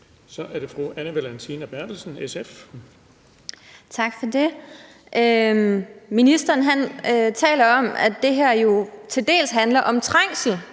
SF. Kl. 17:15 Anne Valentina Berthelsen (SF): Tak for det. Ministeren taler om, at det her til dels handler om trængsel